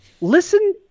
listen